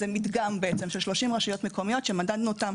בעצם, זה מדגם של 30 רשויות מקומיות שמדדנו אותם.